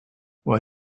why